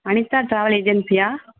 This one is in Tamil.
அனிதா ட்ராவல் ஏஜென்சியா